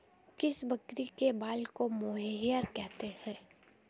किस बकरी के बाल को मोहेयर कहते हैं?